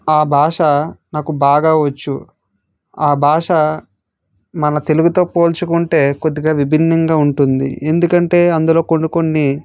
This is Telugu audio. ఆ భాష నాకు బాగా వచ్చు ఆ భాష మన తెలుగుతో పోల్చుకుంటే కొద్దిగా విభిన్నంగా ఉంటుంది ఎందుకంటే అందులో కొన్ని కొన్ని